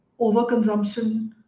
overconsumption